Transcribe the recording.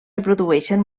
reprodueixen